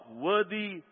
worthy